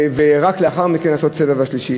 ורק לאחר מכן לעשות את הסבב השלישי.